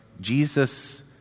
Jesus